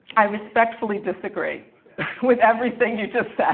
i respectfully disagree with everything you just